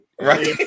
Right